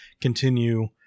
continue